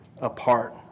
apart